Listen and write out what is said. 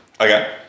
Okay